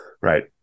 Right